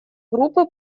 группы